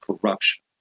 corruption